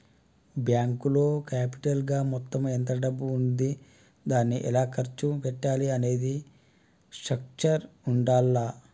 బ్యేంకులో క్యాపిటల్ గా మొత్తం ఎంత డబ్బు ఉంది దాన్ని ఎలా ఖర్చు పెట్టాలి అనే స్ట్రక్చర్ ఉండాల్ల